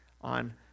on